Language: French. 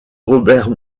robert